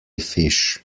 fish